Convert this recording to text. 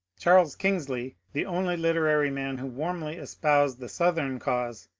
charles kingsley, the only literary man who warmly espoused the southern cause,